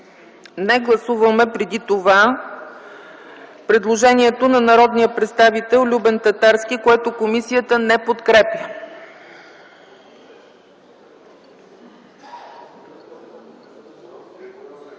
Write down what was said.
Не. Гласуваме преди това предложението на народния представител Любен Татарски, което комисията не подкрепя.